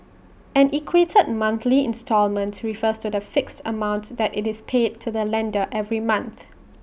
an equated monthly instalment refers to the fixed amount that IT is paid to the lender every month